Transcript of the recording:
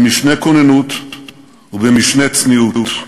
במשנה כוננות ובמשנה צניעות.